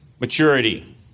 maturity